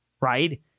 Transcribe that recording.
right